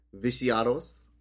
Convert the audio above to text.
Viciados